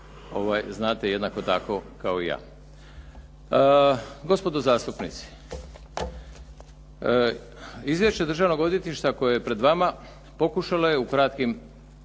znate jednako tako kao i ja. Gospodo zastupnici, Izvješće Državnog odvjetništva koje je pred vama pokušalo je u kratkim